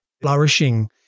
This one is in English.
flourishing